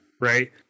right